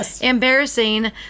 embarrassing